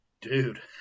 dude